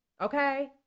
okay